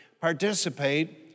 participate